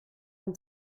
hem